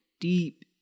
deep